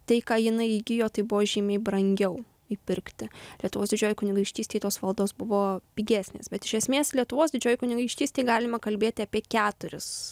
tai ką jinai įgijo tai buvo žymiai brangiau įpirkti lietuvos didžiojoj kunigaikštystėj tos valdos buvo pigesnės bet iš esmės lietuvos didžiojoj kunigaikštystėj galima kalbėti apie keturis